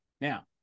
Now